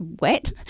wet